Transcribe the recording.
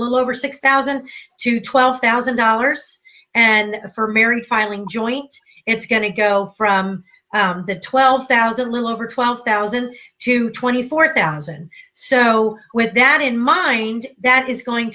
little over six thousand to twelve thousand dollars and for married filing joint it's going to go from the twelve thousand will over twelve thousand to twenty four thousand so with that in mind that is going